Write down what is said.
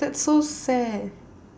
that's so sad